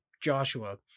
Joshua